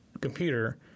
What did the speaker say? computer